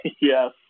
Yes